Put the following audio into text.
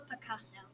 Picasso